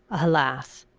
alas!